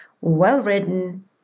well-written